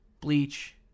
Bleach